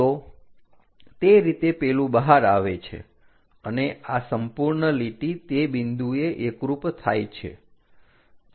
તો તે રીતે પેલું બહાર આવે છે અને આ સંપૂર્ણ લીટી તે બિંદુએ એકરૂપ થાય છે